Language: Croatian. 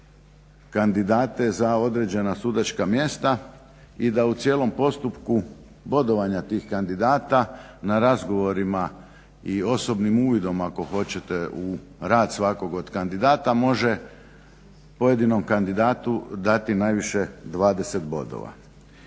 kandidate za određena sudačka mjesta i da u cijelom postupku bodovanja tih kandidata na razgovorima i osobnim uvidom ako hoćete u rad svakog od kandidata može pojedinom kandidatu dati najviše 20 bodova.